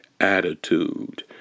attitude